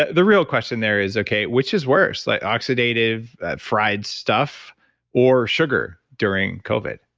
ah the real question there is, okay, which is worse? like oxidative fried stuff or sugar during covid?